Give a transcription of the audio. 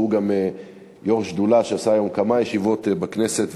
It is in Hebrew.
שהוא גם יו"ר שדולה שעשה היום כמה ישיבות בכנסת.